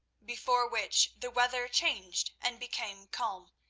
before which the weather changed and became calm,